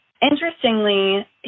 Interestingly